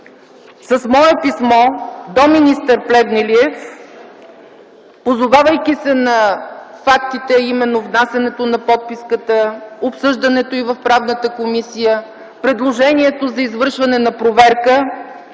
с мое писмо до министър Плевнелиев, позовавайки се на фактите, а именно внасянето на подписката, обсъждането й в Правната комисия, предложението й за извършване на проверка,